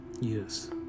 Yes